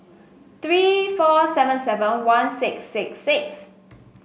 three four seven seven one six six six